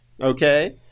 okay